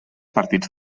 partits